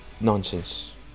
Nonsense